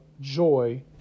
joy